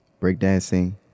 breakdancing